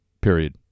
Period